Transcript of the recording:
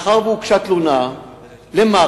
שמאחר שהוגשה תלונה למח"ש,